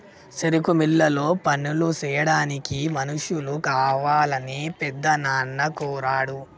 సెరుకు మిల్లులో పనులు సెయ్యాడానికి మనుషులు కావాలని పెద్దనాన్న కోరాడు